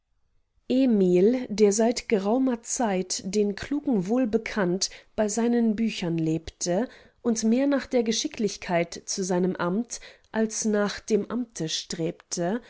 emil der seit geraumer zeit den klugen wohl bekannt bei seinen büchern lebte und mehr nach der geschicklichkeit zu einem amt als nach dem amte strebte